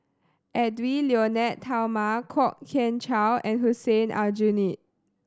Edwy Lyonet Talma Kwok Kian Chow and Hussein Aljunied